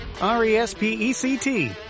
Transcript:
R-E-S-P-E-C-T